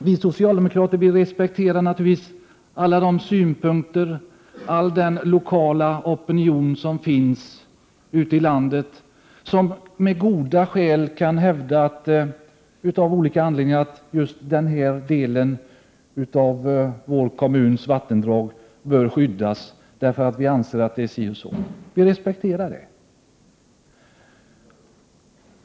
Vi socialdemokrater respekterar naturligtvis all den lokala opinion som finns ute i landet, där man med goda skäl kan hävda att ”just den här delen av vår kommuns vattendrag bör skyddas”. Vi respekterar alltså det.